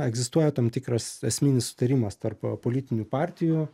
egzistuoja tam tikras esminis sutarimas tarp politinių partijų